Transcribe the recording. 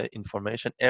information